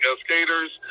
skaters